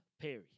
Perry